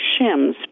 shims